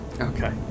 Okay